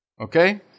okay